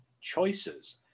choices